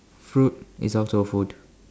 fruit is also food